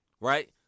right